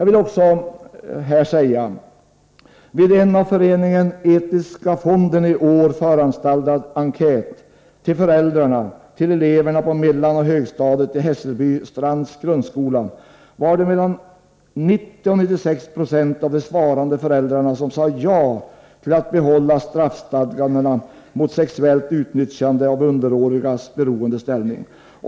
Vid en av Föreningen Etiska fonden i år föranstaltad enkät till föräldrarna till eleverna på mellanoch högstadiet i Hässelby Strands grundskola var det mellan 90 och 96 26 av de svarande föräldrarna som sade ja till att behålla straffstadgandena mot sexuellt utnyttjande av underårigs beroende ställning.